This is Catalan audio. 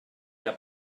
que